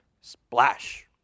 Splash